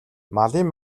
малын